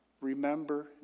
remember